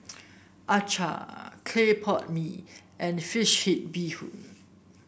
acar Clay Pot Mee and fish head Bee Hoon